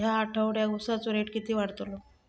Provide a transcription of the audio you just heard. या आठवड्याक उसाचो रेट किती वाढतलो?